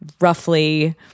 roughly